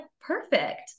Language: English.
perfect